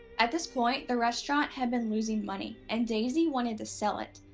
at this point, the restaurant had been losing money and daisie wanted to sell it.